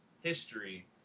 history